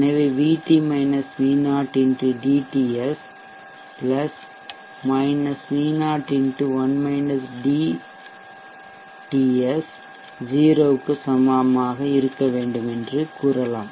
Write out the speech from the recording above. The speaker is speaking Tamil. எனவே X dTS V0xTS 0 க்கு சமமாக இருக்க வேண்டும் என்று கூறலாம்